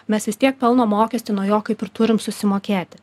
mes vis tiek pelno mokestį nuo jo kaip ir turim susimokėti